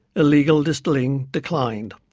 illegal distilling declines.